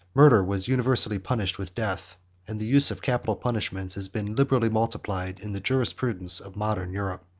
murder was universally punished with death and the use of capital punishments has been liberally multiplied in the jurisprudence of modern europe.